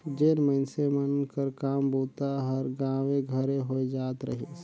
जेन मइनसे मन कर काम बूता हर गाँवे घरे होए जात रहिस